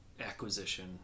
acquisition